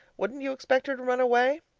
wouldn't you expect her to run away?